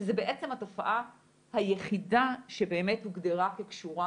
שזה בעצם התופעה היחידה שבאמת הוגדרה כקשורה